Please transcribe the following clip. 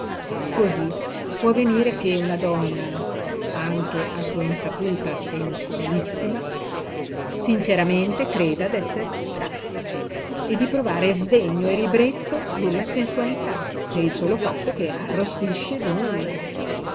cosí può avvenire che una donna anche a sua insaputa sensualissima sinceramente creda d'esser casta e di provare sdegno e ribrezzo della sensualità per il solo fatto che arrossisce di nulla